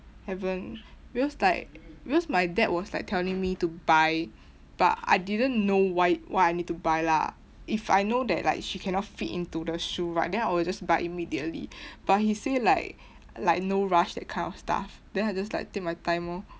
haven't because like because my dad was like telling me to buy but I didn't know why why I need to buy lah if I know that like she cannot fit into the shoe right then I will just buy immediately but he say like like no rush that kind of stuff then I just like take my time orh